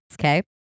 okay